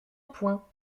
point